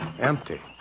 Empty